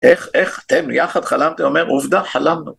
איך אתם יחד חלמתם? אומר עובדה חלמנו.